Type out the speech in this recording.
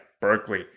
Berkeley